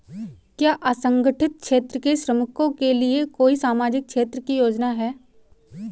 क्या असंगठित क्षेत्र के श्रमिकों के लिए कोई सामाजिक क्षेत्र की योजना है?